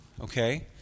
okay